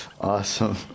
Awesome